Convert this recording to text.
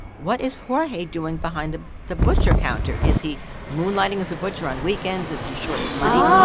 what is jorge doing behind the the butcher counter? is he moonlighting as a butcher on weekends? is he short of money?